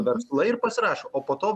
verslai ir pasirašo o po to